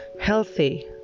healthy